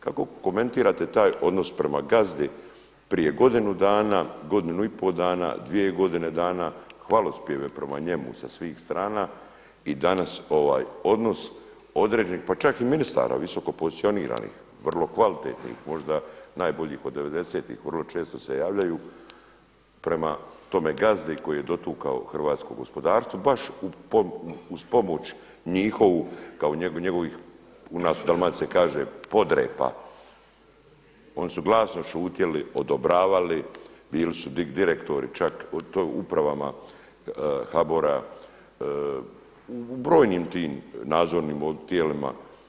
Kako komentirate taj odnos prema gazdi prije godinu dana, godinu i pol dana, dvije godine dana, hvalospjeve prema njemu sa svih strana i danas ovaj odnos određenih pa čak i ministara, visokopozicioniranih, vrlo kvalitetnih, možda najboljih od devedesetih vrlo često se javljaju prema tome gazdi koji je dotukao hrvatsko gospodarstvo, baš uz pomoć njihovu kao njegovih, u nas se u Dalmaciji kaže podrepa, oni su glasno šutjeli, odobravali, bili su direktori čak u upravama HBOR-a u brojim tim nadzornim tijelima?